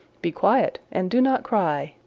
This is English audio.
be quiet, and do not cry,